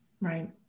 Right